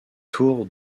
tour